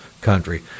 country